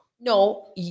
No